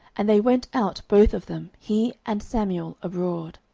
and they went out both of them, he and samuel, abroad.